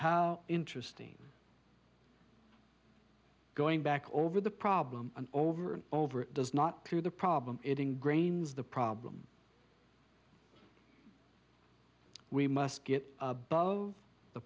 how interesting going back over the problem and over and over it does not through the problem it in grains the problem we must get above the